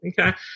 Okay